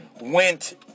went